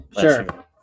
Sure